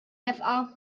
nefqa